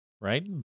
right